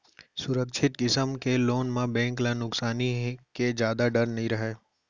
सुरक्छित किसम के लोन म बेंक ल नुकसानी के जादा डर नइ रहय